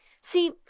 See